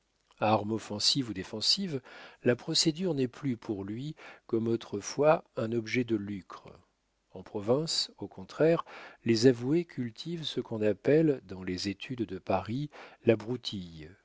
arme offensive ou défensive la procédure n'est plus pour lui comme autrefois un objet de lucre en province au contraire les avoués cultivent ce qu'on appelle dans les études de paris la broutille